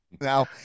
Now